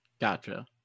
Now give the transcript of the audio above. Gotcha